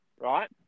right